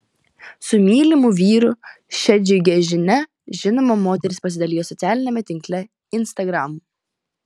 su mylimu vyru šia džiugia žinia žinoma moteris pasidalijo socialiniame tinkle instagram